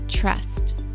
Trust